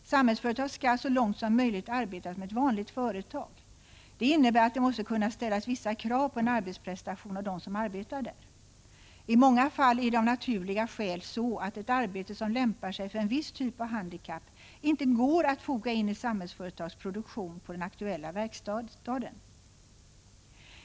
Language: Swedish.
Samhällsföretag skall så långt som möjligt arbeta — Prot. 1985/86:108 som ett vanligt företag. Det innebär att det måste kunna ställas vissa krav på — 3 april 1986 en arbetsprestation av dem som arbetar där. I många fall är det av naturliga skäl så att ett arbete som lämpar sig för en viss typ av handikapp inte går att foga in i Samhällsföretags produktion på den aktuella verkstaden.